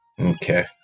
Okay